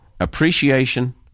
appreciation